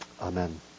amen